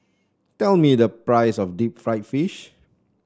tell me the price of Deep Fried Fish